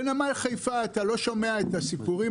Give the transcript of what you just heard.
בנמל חיפה אתה לא שומע את הסיפורים